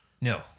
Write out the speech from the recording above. No